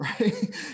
right